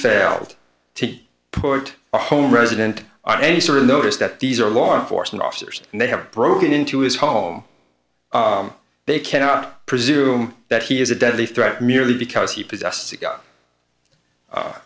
failed to report a home resident on any sort of notice that these are law enforcement officers and they have broken into his home they cannot presume that he is a deadly threat merely